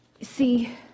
see